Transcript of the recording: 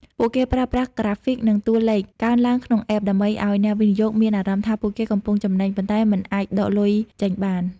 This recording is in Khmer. ពួកគេប្រើប្រាស់ក្រាហ្វិក និងតួលេខកើនឡើងក្នុង App ដើម្បីឱ្យអ្នកវិនិយោគមានអារម្មណ៍ថាពួកគេកំពុងចំណេញ ប៉ុន្តែមិនអាចដកលុយចេញបាន។